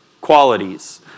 qualities